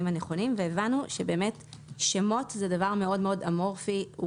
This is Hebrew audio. הנכונים והבנו ששמות זה דבר מאוד מאוד אמורפי,